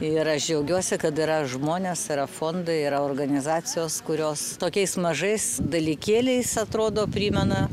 ir aš džiaugiuosi kad yra žmonės yra fondai yra organizacijos kurios tokiais mažais dalykėliais atrodo primena